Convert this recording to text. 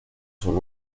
son